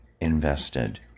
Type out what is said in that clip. invested